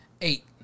Eight